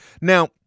Now